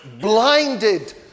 blinded